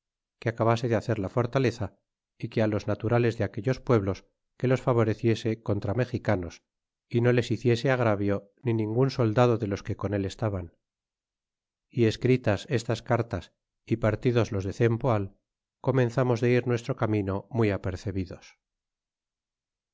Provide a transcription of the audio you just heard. que acabase de hacer la forta eza é que á los naturales de aquellos pueblos que los favoreciese contra mexicanos y do les hiciese agravio ni ningun soldado de los que con el estaban y escritas estas cartas y partidos los de cempoal comenzamos de ir de nuestro camino muy apercebidos